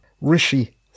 Rishi